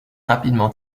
rapidement